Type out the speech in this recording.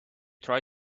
try